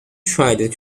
tried